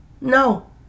No